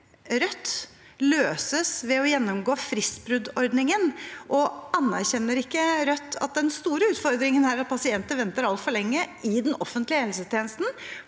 Rødt kan finnes ved å gjennomgå fristbruddordningen? Anerkjenner ikke Rødt at den store utfordringen her er at pasienter venter altfor lenge i den offentlige helsetjenesten